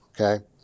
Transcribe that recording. Okay